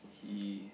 he